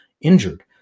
injured